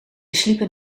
sliepen